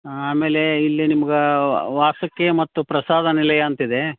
ಆಮೇಲೆ ಇಲ್ಲಿ ನಿಮ್ಗೆ ವಾಸಕ್ಕೆ ಮತ್ತು ಪ್ರಸಾದ ನಿಲಯ ಅಂತಿದೆ